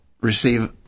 Receive